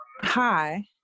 Hi